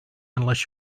unless